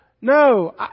No